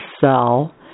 cell